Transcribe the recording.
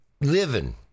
Living